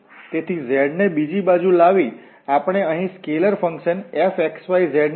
તેથી z ને બીજી બાજુ લાવી આપણે અહીં સ્કેલર ફંકશન fxyz ને વ્યાખ્યાયિત કરી શકીએ છીએ